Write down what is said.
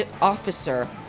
officer